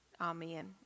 Amen